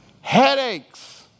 Headaches